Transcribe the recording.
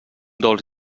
dolç